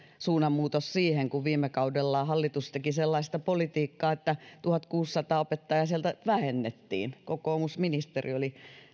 suunnanmuutos siihen kun viime kaudella hallitus teki sellaista politiikkaa että tuhatkuusisataa opettajaa sieltä vähennettiin kokoomusministeri oli